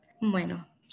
Bueno